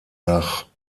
nach